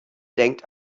denkt